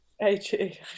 ag